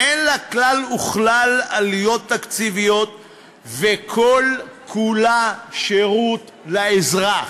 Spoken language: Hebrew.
אין לה כלל וכלל עלויות תקציביות וכל-כולה שירות לאזרח,